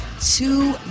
two